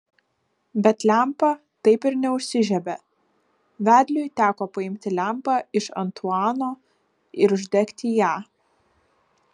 bet lempa taip ir neužsižiebė vedliui teko paimti lempą iš antuano ir uždegti ją